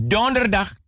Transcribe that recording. Donderdag